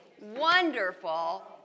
wonderful